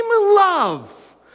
love